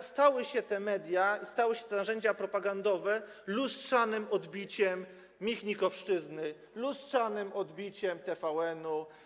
stały się te media, stały się te narzędzia propagandowe lustrzanym odbiciem michnikowszczyzny, lustrzanym odbiciem TVN-u.